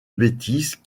bêtise